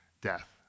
death